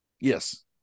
Yes